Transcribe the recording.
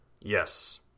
Yes